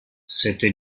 sette